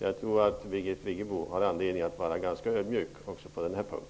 Jag tror att Birgit Friggebo har anledning att vara ganska ödmjuk också på denna punkt.